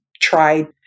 tried